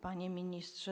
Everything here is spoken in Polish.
Panie Ministrze!